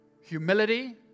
Humility